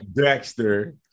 Dexter